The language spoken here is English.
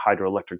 hydroelectric